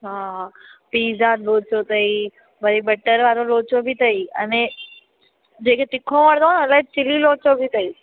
हा पीज़ा लोचो अथई वरी बटर वारो लोचो बि अथई अने जंहिंखे तिखो वणंदो आहे उन लाइ चिली लोचो बि अथई